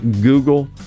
Google